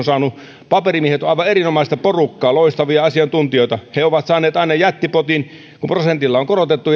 saanut paperimiehet ovat aivan erinomaista porukkaa loistavia asiantuntijoita aina jättipotin kun prosentilla on korotettu